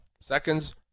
seconds